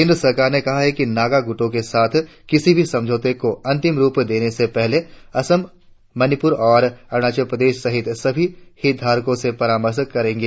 केंद्र सरकार ने कहा कि नागा ग्रटो के साथ किसी भी समझौते को अंतिम रुप देने से पहले असम मणिपुर और अरुणाचल प्रदेश सहित सभी हितधारकों से परामर्श करेगा